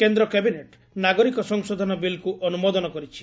କେନ୍ଦ୍ର କ୍ୟାବିନେଟ୍ ନାଗରିକ ସଂଶୋଧନ ବିଲ୍କୁ ଅନୁମୋଦନ କରିଛି